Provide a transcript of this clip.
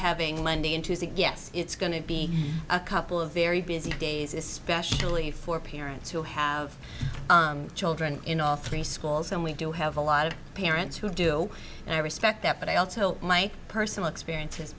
having monday into the guess it's going to be a couple of very busy days especially for parents who have children in all three schools and we do have a lot of parents who do and i respect that but i also my personal experience has